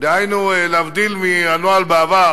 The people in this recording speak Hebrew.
דהיינו להבדיל מהנוהל בעבר,